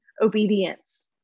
obedience